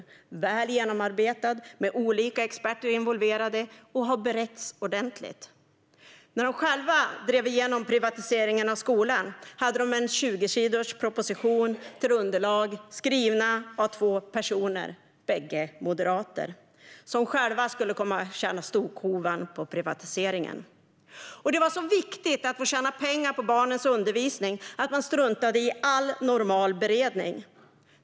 Den är väl genomarbetad, har involverat olika experter och har beretts ordentligt. När de själva drev igenom privatiseringen av skolan hade de en 20sidors proposition till underlag, skriven av två personer, bägge moderater. De skulle själva komma att tjäna storkovan på privatiseringen. Det var så viktigt att få tjäna pengar på barnens undervisning att man struntade i all normal beredning.